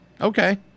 Okay